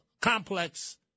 complex